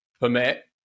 permit